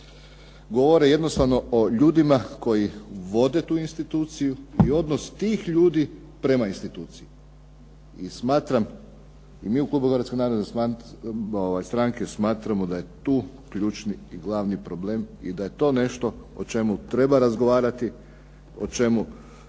govore jednostavno o ljudima koji vode tu instituciju i odnos tih ljudi prema instituciji. I smatram i mi u klubu Hrvatske narodne stranke smatramo da je tu ključni i glavni problem i da je to nešto o čemu treba razgovarati, o čemu